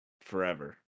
forever